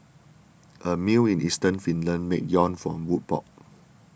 a mill in eastern Finland makes yarn from wood pulp